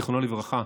זיכרונו לברכה,